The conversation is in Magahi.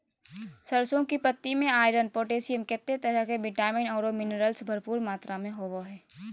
सरसों की पत्ति में आयरन, पोटेशियम, केते तरह के विटामिन औरो मिनरल्स भरपूर मात्रा में होबो हइ